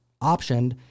optioned